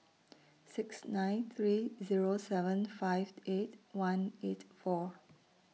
six nine three Zero seven five eight one eight four